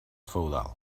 feudal